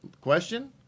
question